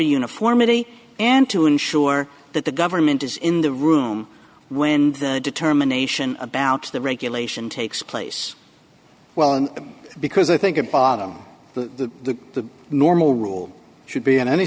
uniformity and to ensure that the government is in the room when the determination about the regulation takes place well and because i think a part of the normal rule should be in any